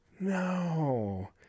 No